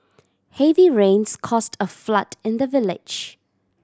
heavy rains caused a flood in the village